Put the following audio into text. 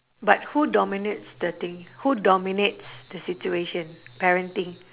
but who dominates the thing who dominates the situation parenting